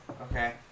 Okay